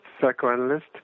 psychoanalyst